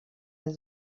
del